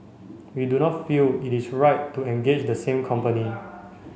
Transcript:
we do not feel it is right to engage the same company